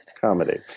comedy